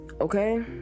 okay